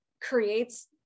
creates